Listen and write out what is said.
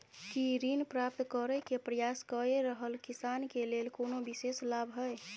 की ऋण प्राप्त करय के प्रयास कए रहल किसान के लेल कोनो विशेष लाभ हय?